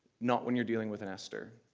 not when you're dealing with and esther.